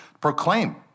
Proclaim